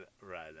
Right